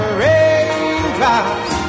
raindrops